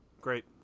great